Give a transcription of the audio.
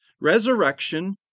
resurrection